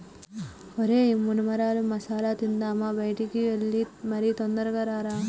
ఒరై మొన్మరాల మసాల తిందామా బయటికి ఎల్లి మరి తొందరగా రారా